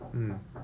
mm